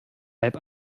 halb